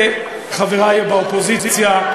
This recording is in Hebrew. חברי באופוזיציה,